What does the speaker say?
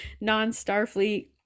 non-Starfleet